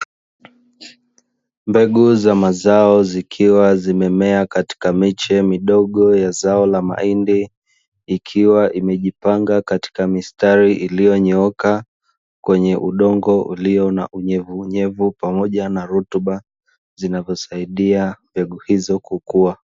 Mbegu za mazao zikiwa zimemea katika miche ya mimea ya midogo ya mazao ya mahindi. Ikiwa imejipanga katika mistari iliyonyooka kwenye udongo ulio na unyevuunyevu pamoja rutuba zinazosaidia mbegu hizo kukua.